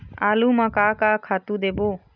आलू म का का खातू देबो?